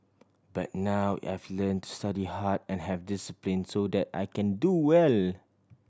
but now I've learnt to study hard and have discipline so that I can do well